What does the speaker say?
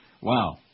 wow